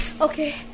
Okay